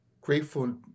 grateful